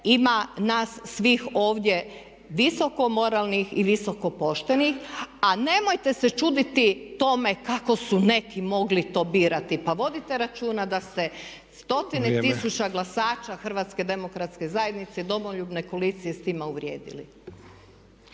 ima nas svih ovdje visoko moralnih i visoko poštenih. A nemojte se čuditi tome kako su neki mogli to birati. Pa vodite računa da se stotine tisuća glasaća HDZ-a Domoljubne koalicije s time uvrijedili.